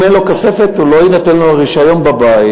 אם אין לו כספת, לא יינתן לו הרישיון להחזיק בבית.